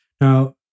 Now